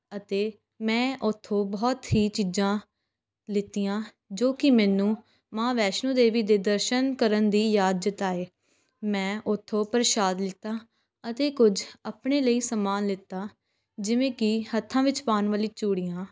ਅਤੇ ਮੈਂ ਉੱਥੋਂ ਬਹੁਤ ਹੀ ਚੀਜ਼ਾਂ ਲਿਤੀਆਂ ਜੋ ਕਿ ਮੈਨੂੰ ਮਾਂ ਵੈਸ਼ਨੋ ਦੇਵੀ ਦੇ ਦਰਸ਼ਨ ਕਰਨ ਦੀ ਯਾਦ ਜਤਾਏ ਮੈਂ ਉੱਥੋਂ ਪ੍ਰਸ਼ਾਦ ਲਿੱਤਾ ਅਤੇ ਕੁਝ ਆਪਣੇ ਲਈ ਸਮਾਨ ਲਿਤਾ ਜਿਵੇਂ ਕਿ ਹੱਥਾਂ ਵਿੱਚ ਪਾਉਣ ਵਾਲੀ ਚੂੜੀਆਂ